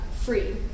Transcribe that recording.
free